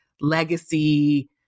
legacy